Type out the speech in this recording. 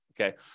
Okay